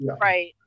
Right